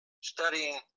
studying